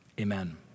Amen